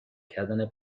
کردن